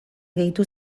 gehitu